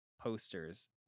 posters